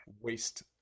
waste